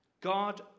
God